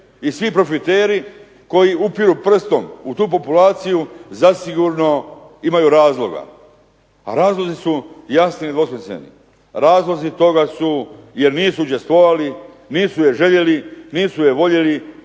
i svi profiteri koji upiru prstom u tu populaciju zasigurno imaju razloga, a razlozi su jasni i nedvosmisleni. Razlozi toga su jer nisu učestvovali, nisu je željeli, nisu je voljeli